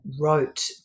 wrote